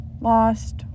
lost